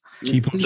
keep